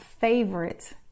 favorite